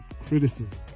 criticism